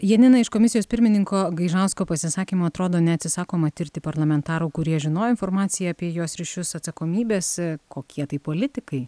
janina iš komisijos pirmininko gaižausko pasisakymo atrodo neatsisakoma tirti parlamentarų kurie žinojo informaciją apie jos ryšius atsakomybes kokie tai politikai